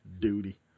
Duty